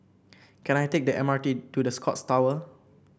can I take the M R T to The Scotts Tower